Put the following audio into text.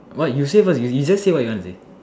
what you say first you just say what you want to say